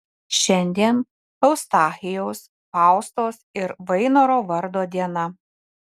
šiandien eustachijaus faustos ir vainoro vardo diena